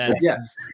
yes